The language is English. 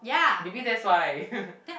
maybe that's why